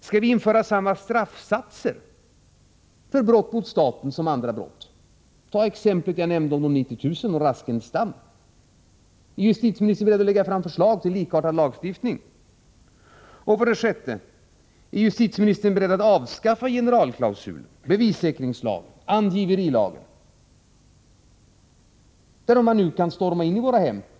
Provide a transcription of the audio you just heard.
Skall vi införa samma straffsatser för brott mot staten som för andra brott? Tag exemplet jag nämnde om de 90 000 och Raskenstam. Är justitieministern beredd att lägga fram förslag till likartad lagstiftning? 6. Är justitieministern beredd att avskaffa generalklausulen, bevissäkringslagen och angiverilagen — enligt vilka myndighetspersoner nu kan storma ini våra hem?